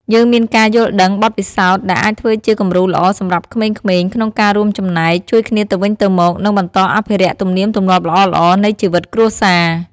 យើងមានការយល់ដឹង បទពិសោធន៍ ដែលអាចធ្វើជាគំរូល្អសម្រាប់ក្មេងៗ ក្នុងការរួមចំណែក ជួយគ្នាទៅវិញទៅមក និងបន្តអភិរក្សទំនៀមទម្លាប់ល្អៗនៃជីវិតគ្រួសារ។